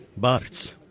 Bartz